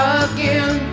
again